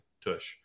tush